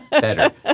better